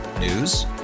News